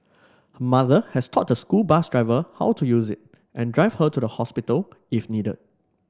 her mother has taught the school bus driver how to use it and drive her to the hospital if needed